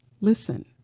Listen